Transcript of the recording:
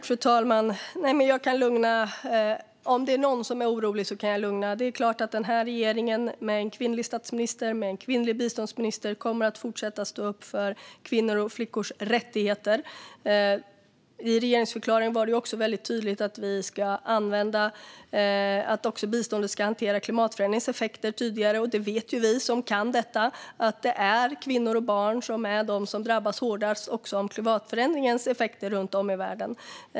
Fru talman! Om det är någon som är orolig kan jag lugna. Det är klart att den här regeringen med en kvinnlig statsminister och en kvinnlig biståndsminister kommer att fortsätta att stå upp för kvinnors och flickors rättigheter. I regeringsförklaringen var det också väldigt tydligt att biståndet också ska hantera klimatförändringens effekter tydligare. Det vet vi som kan detta att det är kvinnor och barn som drabbas hårdast också av klimatförändringarnas effekter runtom i världen.